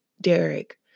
Derek